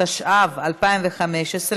התשע"ז 2017,